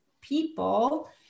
people